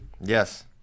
Yes